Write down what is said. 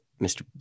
Mr